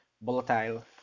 volatile